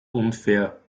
unfair